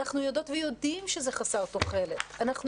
אנחנו יודעות ויודעים שזה חסר תוחלת; אנחנו